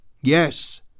Yes